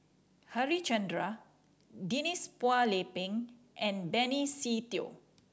Harichandra Denise Phua Lay Peng and Benny Se Teo